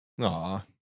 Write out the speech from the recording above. Aww